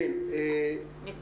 כן, אני מאזינה.